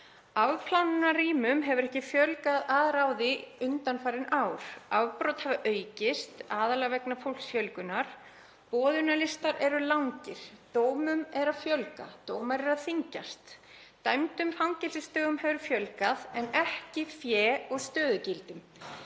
Afplánunarrýmum hefur ekki fjölgað að ráði undanfarin ár. Afbrot hafa aukist, aðallega vegna fólksfjölgunar. Boðunarlistar eru langir. Dómum er að fjölga, dómar eru að þyngjast. Dæmdum fangelsisdögum hefur fjölgað en ekki fé og stöðugildum.